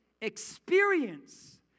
experience